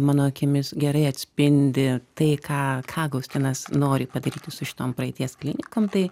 mano akimis gerai atspindi tai ką ką gaustinas nori padaryti su šitom praeities klinikom tai